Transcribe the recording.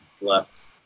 left